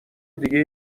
دیگه